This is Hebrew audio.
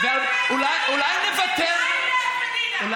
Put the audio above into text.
בא לי לעשן.